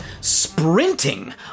sprinting